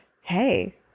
hey